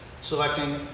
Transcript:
selecting